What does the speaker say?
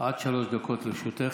עד שלוש דקות לרשותך.